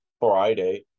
Friday